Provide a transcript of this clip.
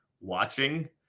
watching